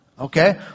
Okay